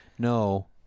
No